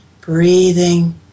breathing